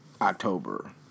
October